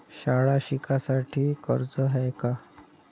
शाळा शिकासाठी कर्ज हाय का?